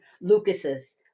lucas's